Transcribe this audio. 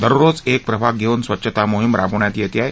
दररोज एक प्रभाग घेवून स्वच्छता मोहीम राबविण्यात येत आहे